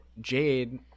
Jade